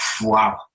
wow